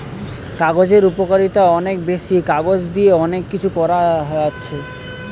কাগজের উপকারিতা অনেক বেশি, কাগজ দিয়ে অনেক কিছু করা যাচ্ছে